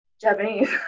Japanese